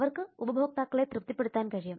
അവർക്ക് ഉപഭോക്താക്കളെ തൃപ്തിപ്പെടുത്താൻ കഴിയും